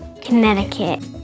Connecticut